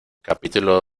capítulo